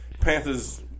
Panthers